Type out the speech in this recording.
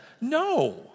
No